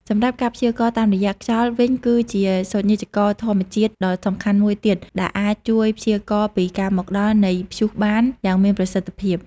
សម្រាប់ការព្យាករណ៍តាមរយៈខ្យល់វិញគឺជាសូចនាករធម្មជាតិដ៏សំខាន់មួយទៀតដែលអាចជួយព្យាករណ៍ពីការមកដល់នៃព្យុះបានយ៉ាងមានប្រសិទ្ធភាព។